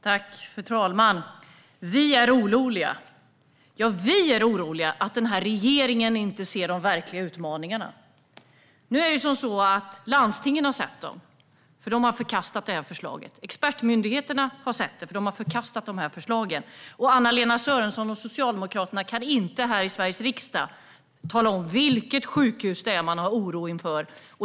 Fru talman! Vi är oroliga. Vi är oroliga för att denna regering inte ser de verkliga utmaningarna. Landstingen har sett dem, för de har förkastat förslagen. Expertmyndigheterna har sett dem, för de har förkastat förslagen. Anna-Lena Sörenson och Socialdemokraterna kan inte här i Sveriges riksdag tala om vilket sjukhus det är man har oro inför.